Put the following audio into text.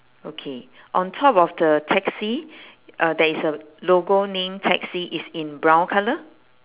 okay on top of the taxi uh there is a logo name taxi is in brown colour